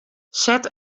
set